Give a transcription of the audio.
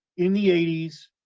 in the eighty s,